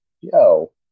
yo